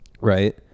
right